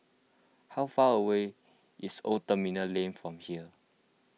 how far away is Old Terminal Lane from here